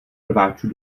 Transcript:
rváčů